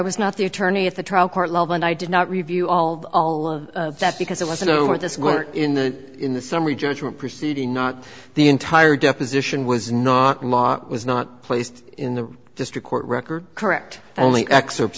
was not the attorney at the trial court level and i did not review all of all of that because it was over this work in the in the summary judgment proceeding not the entire deposition was not law was not placed in the district court record correct only excerpts